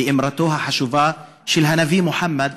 באמרתו החשובה של הנביא מוחמד,